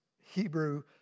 Hebrew